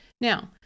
Now